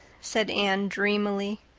said anne dreamily.